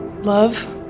Love